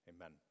Amen